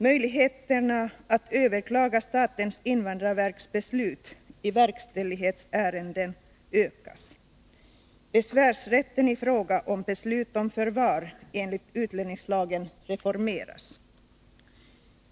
Möjligheterna att överklaga statens invandrarverks beslut i verkställighetsärenden ökas. Besvärsrätten i fråga om beslut om förvar enligt utlänningslagen reformeras.